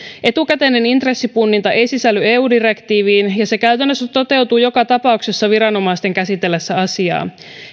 etukäteinen intressipunninta ei sisälly eu direktiiviin ja se käytännössä toteutuu joka tapauksessa viranomaisten käsitellessä asiaa